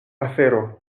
afero